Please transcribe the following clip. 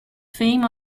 fame